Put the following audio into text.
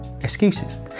excuses